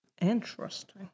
Interesting